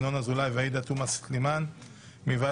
ינון אזולאי ועאידה תומא סלימאן מוועדת